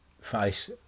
face